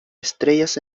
estrellas